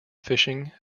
fishing